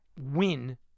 win